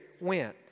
went